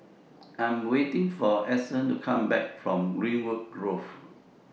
I Am waiting For Edson to Come Back from Greenwood Grove